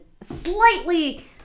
slightly